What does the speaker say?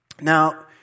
Now